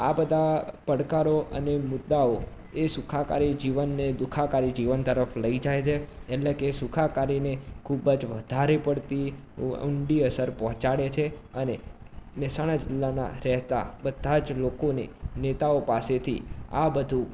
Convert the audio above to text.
તો આ બધા પડકારો અને મુદ્દાઓ એ સુખાકારી જીવનને દુખાકારી જીવન તરફ લઈ જાય છે એટલે કે સુખાકારીને ખૂબ જ વધારે પડતી ઊંડી અસર પહોંચાડે છે અને મહેસાણા જિલ્લાના રહેતા બધા જ લોકોને નેતાઓ પાસેથી આ બધું